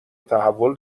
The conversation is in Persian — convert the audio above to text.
تحول